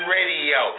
Radio